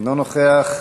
אינו נוכח,